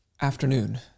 afternoon